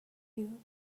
you